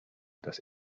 das